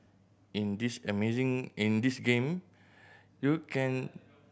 in this amazing in this game you can